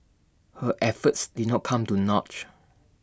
her efforts did not come to